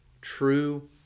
true